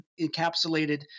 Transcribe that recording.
encapsulated